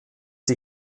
die